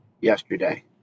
yesterday